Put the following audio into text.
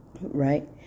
right